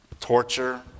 torture